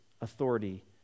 authority